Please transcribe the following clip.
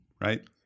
right